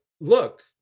look